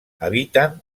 habiten